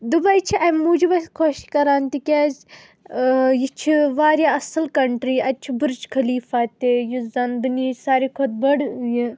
Dubai چھِ امہِ موجوب اسہِ خۄش کَران تِکیازِ ٲں یہِ چھِ واریاہ اصٕل کنٹرٛی اتہِ چھُ بُرج خلیفہ تہِ یُس زن دُنیہِچ ساروٕے کھۄتہٕ بٔڑۍ یہِ